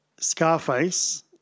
Scarface